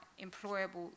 employable